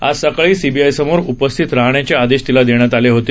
आज सकाळी सीबीआय समोर उपस्थित राहण्याचे आदेश दिला देण्यात आले होते